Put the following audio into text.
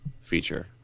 feature